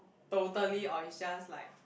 totally or it's just like